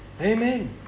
Amen